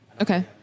Okay